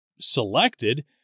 selected